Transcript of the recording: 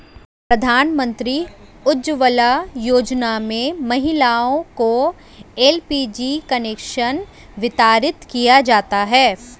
प्रधानमंत्री उज्ज्वला योजना में महिलाओं को एल.पी.जी कनेक्शन वितरित किये जाते है